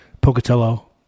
Pocatello